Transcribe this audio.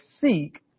seek